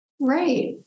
Right